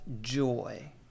joy